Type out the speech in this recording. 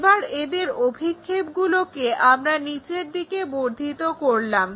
এবার এদের অভিক্ষেপগুলোকে আমরা নিচের দিকে বর্ধিত করলাম